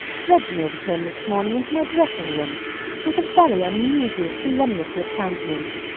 reginald came this morning into my dressing-room with a very unusual solemnity of countenance,